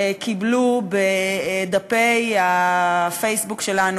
קיבלו בדפי הפייסבוק שלנו,